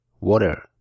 water